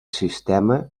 sistema